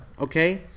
Okay